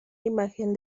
imagen